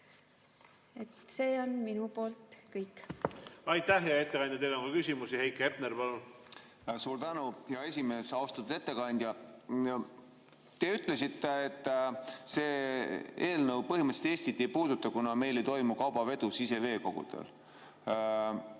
Hepner, palun! Aitäh, hea ettekandja! Teile on ka küsimusi. Heiki Hepner, palun! Suur tänu, hea esimees! Austatud ettekandja! Te ütlesite, et see eelnõu põhimõtteliselt Eestit ei puuduta, kuna meil ei toimu kaubavedu siseveekogudel.